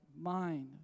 Mind